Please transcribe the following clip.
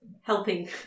Helping